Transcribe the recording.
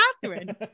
Catherine